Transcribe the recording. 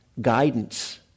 guidance